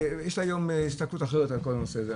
יש היום הסתכלות אחרת על כל הנושא הזה.